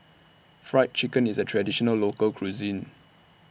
Fried Chicken IS A Traditional Local Cuisine